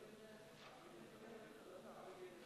והכנסת אינה פטורה מהחובה לפקח על הרשות המבצעת